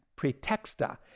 pretexta